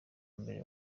mbere